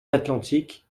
atlantique